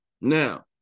now